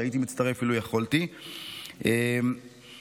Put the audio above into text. אילו יכולתי הייתי מצטרף.